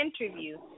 interview